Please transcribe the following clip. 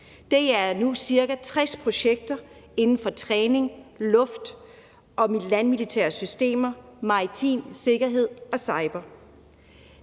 nu er ca. 60 projekter inden for træning, luft- og landmilitære systemer, maritim sikkerhed og